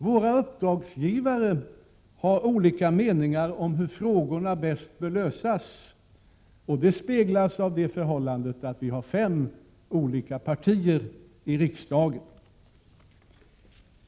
Våra uppdragsgivare har olika meningar om hur frågorna bäst bör lösas, och det speglas av det förhållandet att vi har fem olika partier i riksdagen.